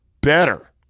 better